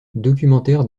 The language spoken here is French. documentaire